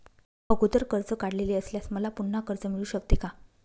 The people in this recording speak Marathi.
अगोदर कर्ज काढलेले असल्यास मला पुन्हा कर्ज मिळू शकते का?